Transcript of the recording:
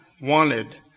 wanted